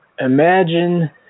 Imagine